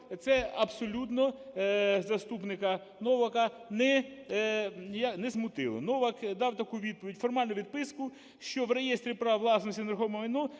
це абсолютно заступника Новака не смутило. Новак дав таку відповідь, формальну відписку, що в реєстрі прав власності на нерухоме майно